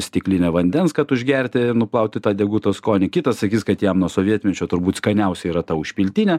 stiklinę vandens kad užgerti nuplauti tą deguto skonį kitas sakys kad jam nuo sovietmečio turbūt skaniausia yra ta užpiltinė